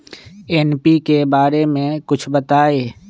NPK बारे म कुछ बताई?